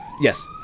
Yes